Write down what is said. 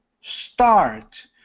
start